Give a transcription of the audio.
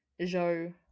Joe